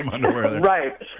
right